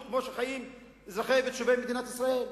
כמו שחיים אזרחי ותושבי מדינת ישראל,